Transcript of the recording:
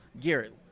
Garrett